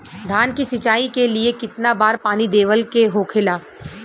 धान की सिंचाई के लिए कितना बार पानी देवल के होखेला?